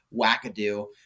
wackadoo